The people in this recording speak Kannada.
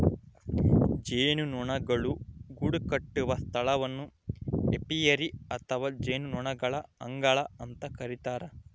ಜೇನುನೊಣಗಳು ಗೂಡುಕಟ್ಟುವ ಸ್ಥಳವನ್ನು ಏಪಿಯರಿ ಅಥವಾ ಜೇನುನೊಣಗಳ ಅಂಗಳ ಅಂತ ಕರಿತಾರ